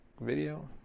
video